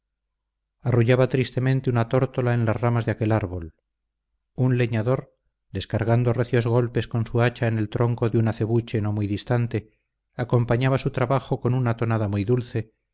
arrullaba tristemente una tórtola en las ramas de aquel árbol un leñador descargando recios golpes con su hacha en el tronco de un acebuche no muy distante acompañaba su trabajo con una tonada muy dulce